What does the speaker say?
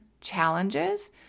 challenges